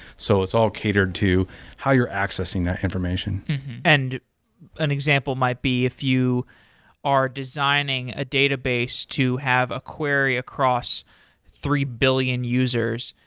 so it's all catered to how you're accessing that information and an example might be if you are designing a database to have a query across three billion users,